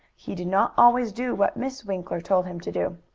he did not always do what miss winkler told him to do.